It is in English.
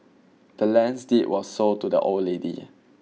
the land's deed was sold to the old lady